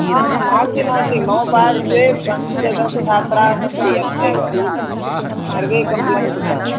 नास्ति नास्ति मम पार्श्वे पञ्चदशछात्राः सन्ति अत्रैव सर्वे कम्प्लेण्ट् कृता